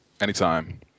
Anytime